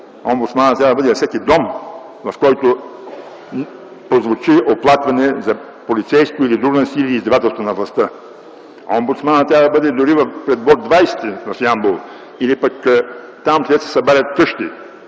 Омбудсманът трябва да бъде във всеки дом, в който прозвучи оплакване за полицейско или друго насилие, или издевателство на властта. Омбудсманът трябва да бъде дори пред бл. 20 в Ямбол, или пък там, където се събарят къщи,